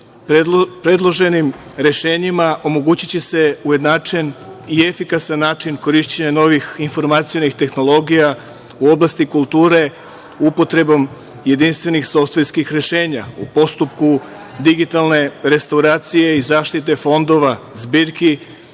predloženim rešenjima omogućiće se ujednačen i efikasan način korišćenja novih informacionih tehnologija, u oblasti kulture, upotrebom jedinstvenih softverskih rešenja, u postupku digitalne restauracije i zaštite fondova zbirki,